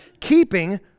Keeping